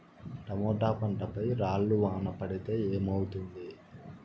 Tomato పంట పై రాళ్లు వాన పడితే ఏమవుతుంది?